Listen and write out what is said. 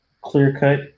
clear-cut